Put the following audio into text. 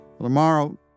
Tomorrow